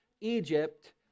Egypt